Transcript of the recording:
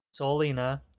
Solina